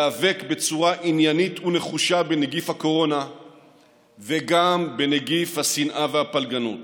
להיאבק בצורה עניינית ונחושה בנגיף הקורונה וגם בנגיף השנאה והפלגנות,